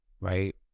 right